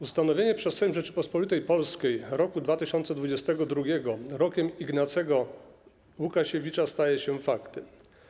Ustanowienie przez Sejm Rzeczypospolitej Polskiej roku 2022 Rokiem Ignacego Łukasiewicza staje się faktem.